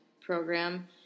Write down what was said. program